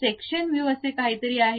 section view असे काहीतरी आहे